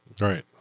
Right